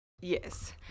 Yes